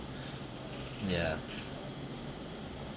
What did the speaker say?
ya